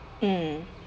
mm